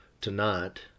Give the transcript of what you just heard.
tonight